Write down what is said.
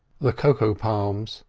the cocoa-palms,